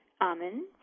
almonds